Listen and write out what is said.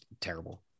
terrible